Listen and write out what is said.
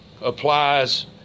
applies